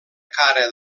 cara